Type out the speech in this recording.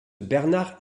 bernard